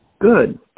Good